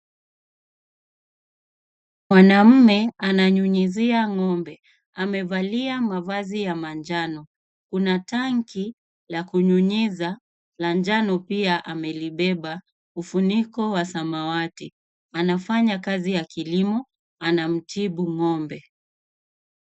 Mwanaume ananyunyuzia ng'ombe amevalia mavazi ya manjano. Kuna tanki la kunyunyiza la njano pia amelibeba ufuniko wa samawati. Anafanya kazi ya kilimo anamtibu ng'ombe.